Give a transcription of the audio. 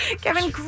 Kevin